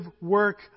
work